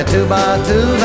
two-by-two